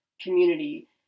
community